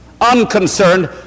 unconcerned